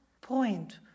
point